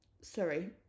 sorry